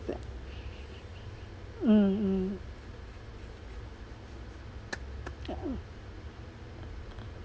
mm mm